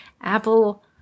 Apple